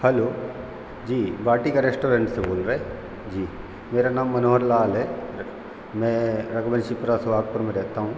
hello जी Vatika restaurant से बोल रहे जी मेरा नाम मनोहर लाल है मैं रघुवंशीपुरा सोहागपुर में रहता हूँ